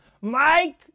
Mike